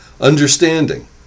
Understanding